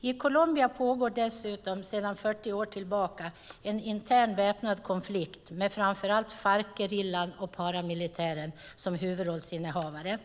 I Colombia pågår dessutom sedan 40 år tillbaka en intern väpnad konflikt med framför allt Farcgerillan och paramilitären som huvudrollsinnehavare.